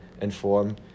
inform